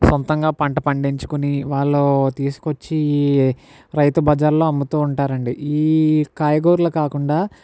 సొంతంగా పంట పండించుకొని వాళ్ళు తీసుకొచ్చి ఈ రైతు బజార్లో అమ్ముతూ ఉంటారండి ఈ కాయగూరలు కాకుండా